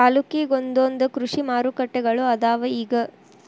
ತಾಲ್ಲೂಕಿಗೊಂದೊಂದ ಕೃಷಿ ಮಾರುಕಟ್ಟೆಗಳು ಅದಾವ ಇಗ